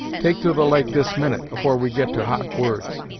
take to the lake this minute, afore we get to hot words.